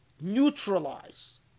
neutralize